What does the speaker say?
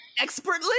expertly